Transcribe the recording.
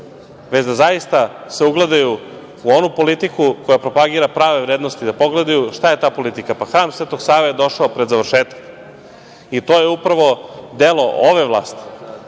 već da se zaista ugledaju na onu politiku koja propagira prave vrednosti, da pogledaju šta je ta politika. Hram Svetog Save je došao pred završetak i to je upravo delo ove vlasti.